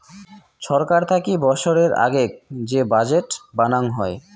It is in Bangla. ছরকার থাকি বৎসরের আগেক যে বাজেট বানাং হই